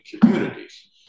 communities